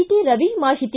T Ravi ಮಾಹಿತಿ